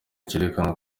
cerekana